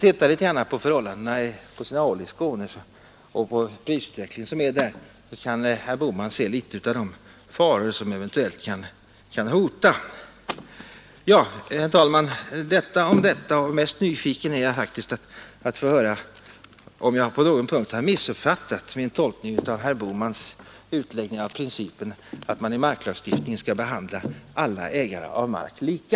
Titta lite på förhållandena i Skåne vid Öresundskusten och på den prisutveckling som är där, kan herr Bohman se litet av de faror som eventuellt kan hota. Herr talman! Detta om detta. Mest nyfiken är jag faktiskt att få höra om jag på någon punkt i min tolkning har missuppfattat herr Bohmans utläggning av principen att man i marklagstiftningen skall behandla alla ägare av mark lika.